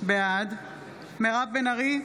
בעד מירב בן ארי,